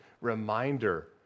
reminder